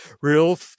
real